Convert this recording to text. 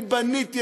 אני בניתי,